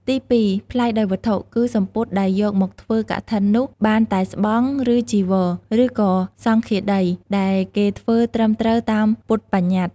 ទីពីរ ប្លែកដោយវត្ថុ គឺសំពត់ដែលយកមកធ្វើកឋិននោះបានតែស្បង់ ឬចីវរ ឬក៏សង្ឃាដី ដែលគេធ្វើត្រឹមត្រូវតាមពុទ្ធប្បញ្ញត្តិ។